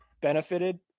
benefited